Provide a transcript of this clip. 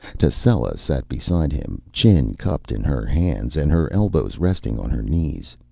tascela sat beside him, chin cupped in her hands and her elbows resting on her knees.